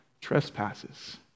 trespasses